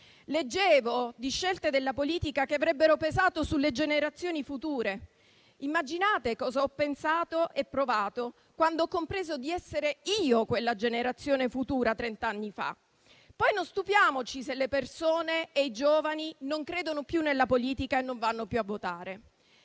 Leggevo di scelte della politica che avrebbero pesato sulle generazioni future. Immaginate cosa ho pensato e provato quando ho compreso di essere io quella generazione futura. Poi non stupiamoci se le persone e i giovani non credono più nella politica e non vanno più a votare.